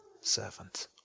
servant